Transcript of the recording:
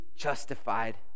justified